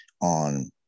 on